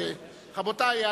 רבותי,